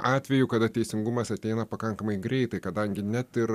atvejų kada teisingumas ateina pakankamai greitai kadangi net ir